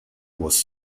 was